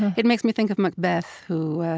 it makes me think of macbeth who,